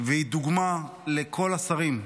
והוא דוגמה לכל השרים.